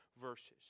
verses